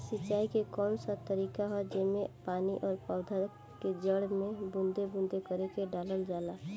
सिंचाई क कउन सा तरीका ह जेम्मे पानी और पौधा क जड़ में बूंद बूंद करके डालल जाला?